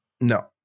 No